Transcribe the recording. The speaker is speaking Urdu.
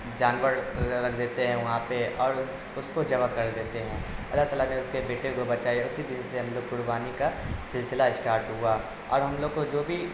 جانور رکھ دیتے ہیں وہاں پہ اور اس اس کو ذباح کر دیتے ہیں اللہ تعالیٰ کے اس کے بیٹے کو بچائے اسی دن سے ہم لوگ قربانی کا سلسلہ اشٹارٹ ہوا اور ہم لوگ کو جو بھی